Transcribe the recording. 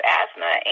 asthma